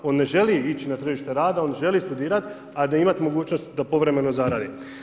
On ne želi ići na tržište rada, on želi studirati, a imati mogućnost da povremeno zaradi.